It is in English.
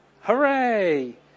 Hooray